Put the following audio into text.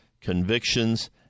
convictions